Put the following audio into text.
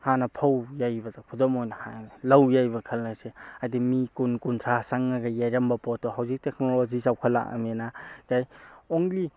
ꯍꯥꯟꯅ ꯐꯧ ꯌꯩꯕꯗꯣ ꯈꯨꯗꯝ ꯑꯣꯏꯅ ꯍꯥꯏꯔꯒꯦ ꯂꯧ ꯌꯩꯕ ꯈꯜꯂꯁꯦ ꯍꯥꯏꯕꯗꯤ ꯃꯤ ꯀꯨꯟ ꯀꯨꯟꯊ꯭ꯔꯥ ꯆꯪꯂꯒ ꯌꯩꯔꯝꯕ ꯄꯣꯠꯇꯣ ꯍꯧꯖꯤꯛ ꯇꯦꯛꯅꯣꯂꯣꯖꯤ ꯆꯥꯎꯈꯠꯂꯛꯑꯕꯅꯤꯅ ꯀꯩ ꯑꯣꯡꯂꯤ